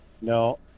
no